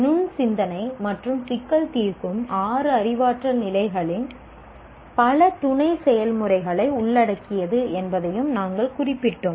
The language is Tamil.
நுண் சிந்தனை மற்றும் சிக்கல் தீர்க்கும் ஆறு அறிவாற்றல் நிலைகளின் பல துணை செயல்முறைகளை உள்ளடக்கியது என்பதையும் நாங்கள் குறிப்பிட்டோம்